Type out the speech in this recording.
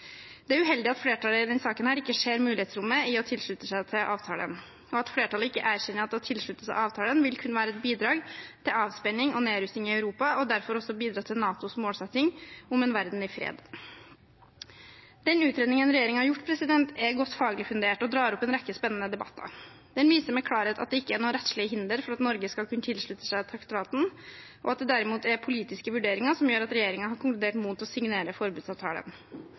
Det er uheldig at flertallet i denne saken ikke ser mulighetsrommet i å tilslutte seg avtalen, og at flertallet ikke erkjenner at å tilslutte seg avtalen vil kunne være et bidrag til avspenning og nedrustning i Europa og derfor også vil kunne bidra til NATOs målsetting om en verden i fred. Utredningen regjeringen har gjort, er godt faglig fundert og drar opp en rekke spennende debatter. Den viser med klarhet at det ikke er noen rettslige hindre for at Norge skal kunne tilslutte seg traktaten, men at det derimot er politiske vurderinger som gjør at regjeringen har konkludert med å være imot å signere forbudsavtalen.